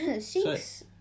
Six